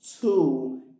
Two